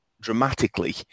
dramatically